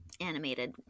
Animated